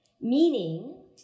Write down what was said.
meaning